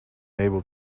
able